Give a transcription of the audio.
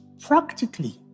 practically